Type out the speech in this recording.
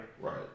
Right